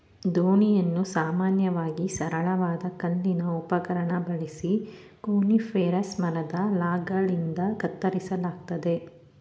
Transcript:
ದೋಣಿಯನ್ನು ಸಾಮಾನ್ಯವಾಗಿ ಸರಳವಾದ ಕಲ್ಲಿನ ಉಪಕರಣ ಬಳಸಿ ಕೋನಿಫೆರಸ್ ಮರದ ಲಾಗ್ಗಳಿಂದ ಕತ್ತರಿಸಲಾಗ್ತದೆ